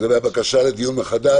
לגבי הבקשה לדיון מחדש.